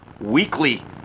weekly